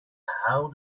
how